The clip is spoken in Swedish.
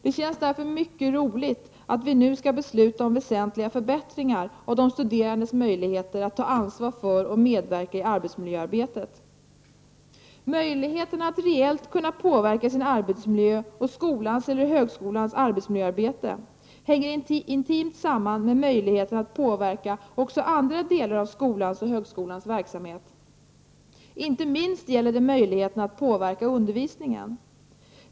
Det känns därför mycket roligt att vi nu skall besluta om väsentliga förbättringar av de studerandes möjligheter att ta ansvar för och medverka i arbetsmiljöarbetet. Möjligheterna att reellt påverka sin arbetsmiljö och skolans eller högskolans arbetsmiljöarbete hänger intimt samman med möjligheterna att påverka även andra delar av skolans och högskolans verksamhet. Detta gäller inte minst möjligheterna att påverka undervisningen.